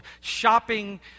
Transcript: shopping